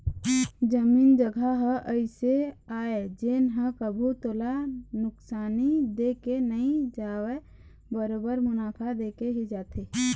जमीन जघा ह अइसे आय जेन ह कभू तोला नुकसानी दे के नई जावय बरोबर मुनाफा देके ही जाथे